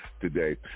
today